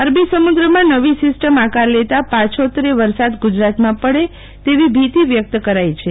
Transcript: અરબી સમુદ્રમાં નવી સિસ્ટમ આકાર લેતા પાછીતરે વરસાદ ગુજરાતમાં પડે તેવી ભીતી વ્યકત કરાઇ છે